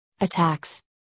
Attacks